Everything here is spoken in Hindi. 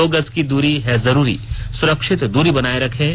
दो गज की दूरी है जरूरी सुरक्षित दूरी बनाए रखें